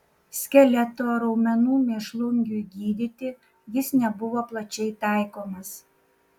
skeleto raumenų mėšlungiui gydyti jis nebuvo palčiai taikomas